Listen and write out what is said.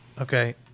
Okay